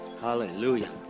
Hallelujah